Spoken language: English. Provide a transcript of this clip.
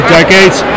decades